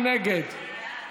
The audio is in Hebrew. מי נגד?